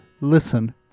Listen